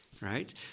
right